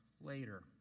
later